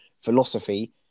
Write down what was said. philosophy